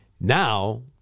now